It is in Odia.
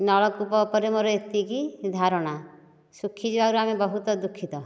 ନଳକୂପ ଉପରେ ମୋର ଏତିକି ଧାରଣା ଶୁଖିଯିବାରୁ ଆମେ ବହୁତ୍ ଦୁଃଖିତ